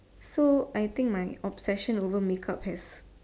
so I think my obsession over make up has